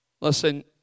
listen